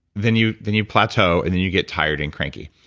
then you then you plateau, and then you get tired and cranky.